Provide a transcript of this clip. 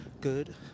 Good